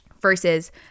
Versus